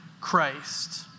Christ